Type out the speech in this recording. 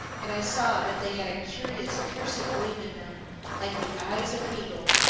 and i saw that they had a curious piercing gleam in them like the eyes of an eagle,